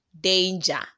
danger